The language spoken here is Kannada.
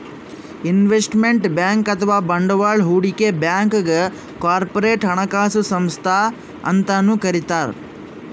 ಇನ್ವೆಸ್ಟ್ಮೆಂಟ್ ಬ್ಯಾಂಕ್ ಅಥವಾ ಬಂಡವಾಳ್ ಹೂಡಿಕೆ ಬ್ಯಾಂಕ್ಗ್ ಕಾರ್ಪೊರೇಟ್ ಹಣಕಾಸು ಸಂಸ್ಥಾ ಅಂತನೂ ಕರಿತಾರ್